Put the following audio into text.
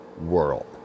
world